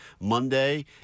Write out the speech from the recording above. monday